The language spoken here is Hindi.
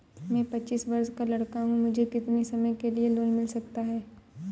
मैं पच्चीस वर्ष का लड़का हूँ मुझे कितनी समय के लिए लोन मिल सकता है?